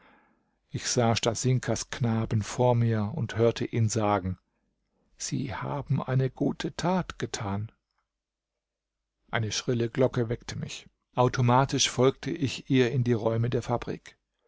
ich sah stasinkas knaben vor mir und hörte ihn sagen sie haben eine gute tat getan eine schrille glocke weckte mich automatisch folgte ich ihr in die räume der fabrik